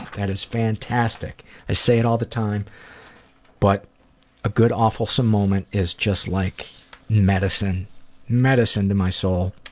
that is fantastic. i say it all the time but a good awfulsome moment is just like medicine medicine to my soul.